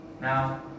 Now